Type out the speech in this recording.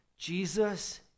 Jesus